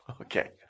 okay